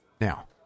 Now